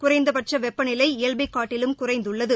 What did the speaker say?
குறைந்தபட்ச வெப்பநிலை இயல்பை காட்டிலும் குறைந்துள்ளது